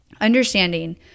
understanding